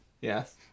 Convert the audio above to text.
Yes